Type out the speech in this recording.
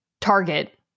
target